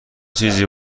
چیزی